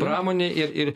pramonė ir ir